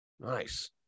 Nice